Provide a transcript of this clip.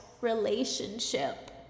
Relationship